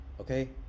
okay